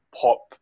pop